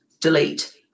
delete